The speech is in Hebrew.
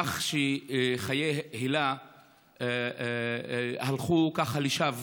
כך חיי הילה הלכו ככה לשווא,